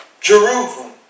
Jerusalem